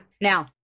Now